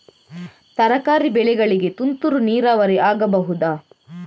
ತರಕಾರಿ ಬೆಳೆಗಳಿಗೆ ತುಂತುರು ನೀರಾವರಿ ಆಗಬಹುದಾ?